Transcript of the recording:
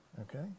Okay